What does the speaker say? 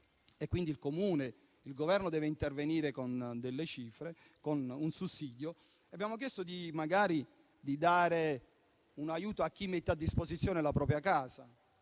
che il Comune ed il Governo devono intervenire con delle cifre, con un sussidio, abbiamo chiesto di dare magari un aiuto a chi mette a disposizione la propria casa.